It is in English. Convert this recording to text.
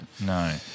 no